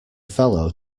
fellow